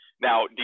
now